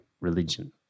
religion